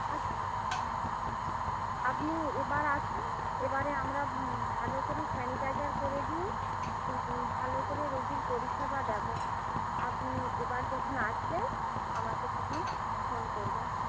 আচ্ছা আপনি এবার আসুন এবারে আমরা ভালো করে স্যানিটাইজার করে দিয়ে ভালো করে রোগীর পরিষেবা দেব আপনি এবার যখন আসবেন আমাকে তখন ফোন করবেন